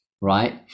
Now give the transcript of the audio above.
Right